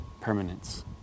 permanence